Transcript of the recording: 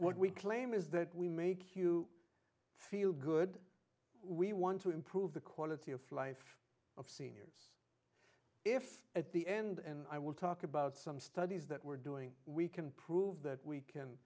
what we claim is that we make you feel good we want to improve the quality of life of seniors if at the end and i will talk about some studies that we're doing we can prove that we can